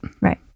Right